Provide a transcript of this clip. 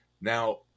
Now